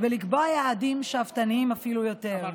ולקבוע יעדים שאפתניים אפילו יותר.